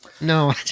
No